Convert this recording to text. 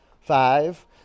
Five